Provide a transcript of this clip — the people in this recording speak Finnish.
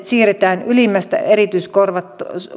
siirretään ylimmästä erityiskorvausluokasta